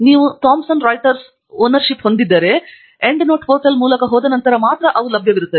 ನೀವು Thomson Reuters ಮಾಲೀಕತ್ವವನ್ನು ಹೊಂದಿರುವ ಎಂಡ್ ನೋಟ್ ಪೋರ್ಟಲ್ ಮೂಲಕ ಹೋದ ನಂತರ ಮಾತ್ರ ಅವು ಲಭ್ಯವಿರುತ್ತವೆ